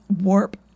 warp